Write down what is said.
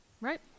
Right